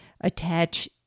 attach